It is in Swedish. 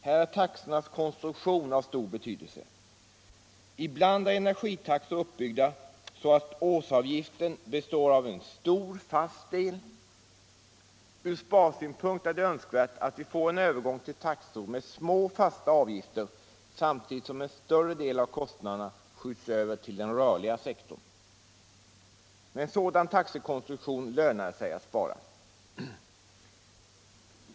Här har taxornas konstruktion stor betydelse. Ibland är energitaxor uppbyggda så att årsavgiften består av en stor fast del. Ur sparsynpunkt är det önskvärt att vi får en övergång till taxor med små fasta avgifter samtidigt som en större del av kostnaderna skjuts över till den rörliga delen. Med en sådan taxekonstruktion lönar det sig att spara.